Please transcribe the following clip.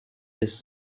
his